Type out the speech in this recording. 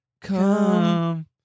come